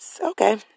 okay